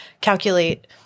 calculate